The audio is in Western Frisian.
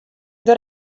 der